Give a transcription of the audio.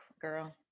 girl